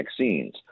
vaccines